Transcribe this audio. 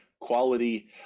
quality